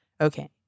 Okay